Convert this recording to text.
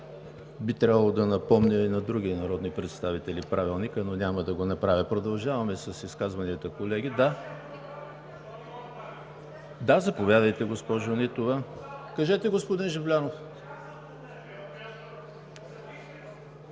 Би трябвало да напомня и на други народни представители Правилника, но няма да го направя. Продължаваме с изказванията, колеги. Заповядайте, госпожо Нитова. СМИЛЯНА